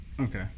Okay